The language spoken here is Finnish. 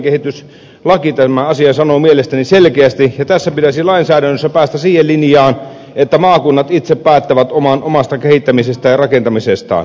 alueiden kehittämislaki tämän asian sanoo mielestäni selkeästi ja tässä pitäisi lainsäädännössä päästä siihen linjaan että maakunnat itse päättävät omasta kehittämisestään ja rakentamisestaan